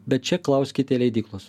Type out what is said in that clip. bet čia klauskite leidyklos